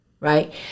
Right